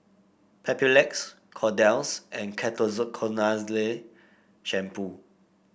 Papulex Kordel's and Ketoconazole Shampoo